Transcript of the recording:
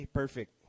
perfect